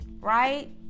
Right